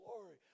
glory